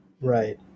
Right